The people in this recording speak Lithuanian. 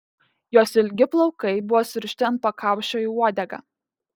jos ilgi plaukai buvo surišti ant pakaušio į uodegą